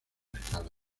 escala